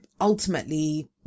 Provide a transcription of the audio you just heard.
ultimately